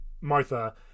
martha